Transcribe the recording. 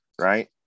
Right